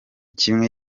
kimwe